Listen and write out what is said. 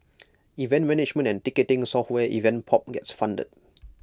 event management and ticketing software event pop gets funded